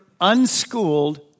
unschooled